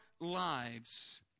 lives